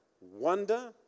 wonder